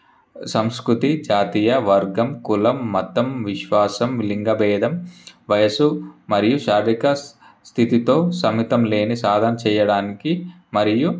సంస్కృతి జాతీయ వర్గం కులం మతం విశ్వాసం లింగ బేధం వయసు మరియు శారీరిక స్థితితో సమితం లేని సాధన చేయడానికి మరియు